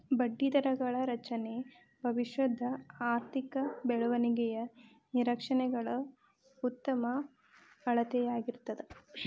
ಬಡ್ಡಿದರಗಳ ರಚನೆ ಭವಿಷ್ಯದ ಆರ್ಥಿಕ ಬೆಳವಣಿಗೆಯ ನಿರೇಕ್ಷೆಗಳ ಉತ್ತಮ ಅಳತೆಯಾಗಿರ್ತದ